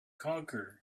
conquer